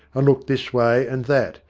and looked this way and that,